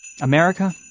America